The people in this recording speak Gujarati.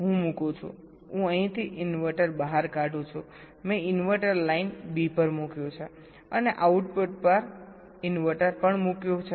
તેથી હું મુકું છું હું અહીંથી ઇન્વર્ટર બહાર કાઢું છું મેં ઇન્વર્ટર લાઇન બી પર મૂક્યું છે અને આઉટપુટ પર ઇન્વર્ટર પણ મૂક્યું છે